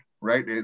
right